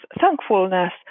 thankfulness